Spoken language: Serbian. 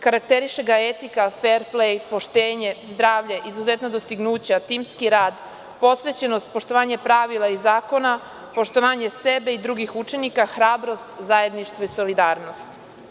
Karakteriše ga etika, fer plej, poštenje, zdravlje, izuzetna dostignuća, timski rad, posvećenost, poštovanje pravila i zakona, poštovanje sebe i drugih učesnika, hrabrost, zajedništvo i solidarnost.